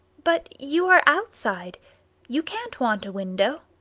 but you are outside you can't want a window.